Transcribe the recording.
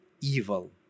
evil